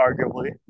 arguably